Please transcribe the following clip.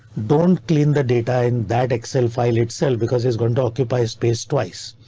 don't clean the data in that excel file itself, because it's going to occupy space twice.